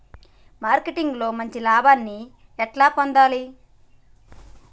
Marketing లో మంచి లాభాల్ని ఎట్లా పొందాలి?